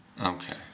Okay